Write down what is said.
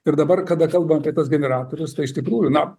ir dabar kada kalbam apie tuos generatorius tai iš tikrųjų na